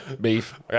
beef